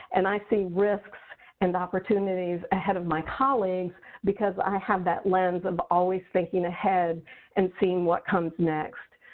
and i see risks and opportunities ahead of my colleagues because i have that lens of always thinking ahead and seeing what comes next.